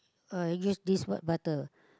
uh use this what butter